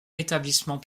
établissement